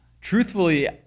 Truthfully